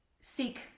seek